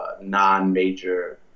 non-major